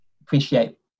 appreciate